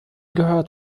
gehört